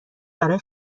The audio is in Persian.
برای